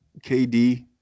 KD